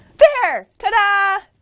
there. ta-da!